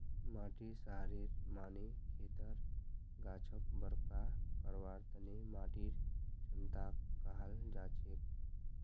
माटीर सहारेर माने खेतर गाछक बरका करवार तने माटीर क्षमताक कहाल जाछेक